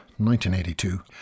1982